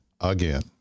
again